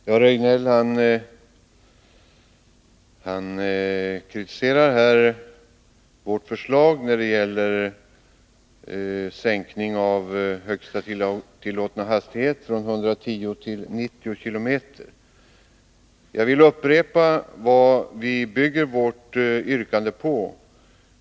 Herr talman! Eric Rejdnell kritiserar vårt förslag om en sänkning av högsta tillåtna hastighet från 110 km tim. Jag vill upprepa vad vi bygger vårt yrkande på.